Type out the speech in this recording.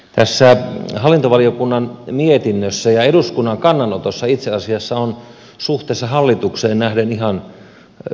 tässä hallintovaliokunnan mietinnössä ja eduskunnan kannanotossa itse asiassa on hallitukseen nähden ihan selkeä ero